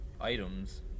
items